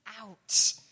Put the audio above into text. out